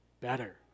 better